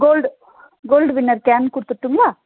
gold gold winner can கொடுத்துருட்டுங்களா